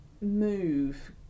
move